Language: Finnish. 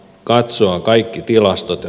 katsoa kaikki tilastot ja